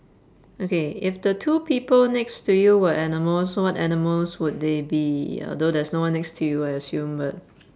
okay if the two people next to you were animals what animals would they be although there's no one next to you I assume but